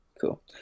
Cool